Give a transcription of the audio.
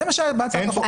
זה מה שהיה בהצעת החוק.